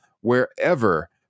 wherever